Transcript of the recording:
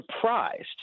surprised